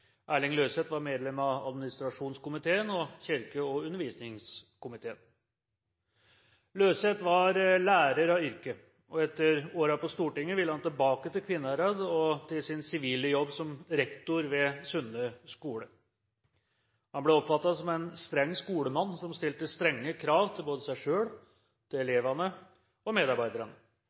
Erling Løseth var medlem av administrasjonskomiteen og kirke- og undervisningskomiteen. Løseth var lærer av yrke, og etter årene på Stortinget ville han tilbake til Kvinnherad og til sin sivile jobb som rektor ved Sunde skole. Han ble oppfattet som en streng skolemann som stilte strenge krav både til seg selv, til elevene og til medarbeiderne.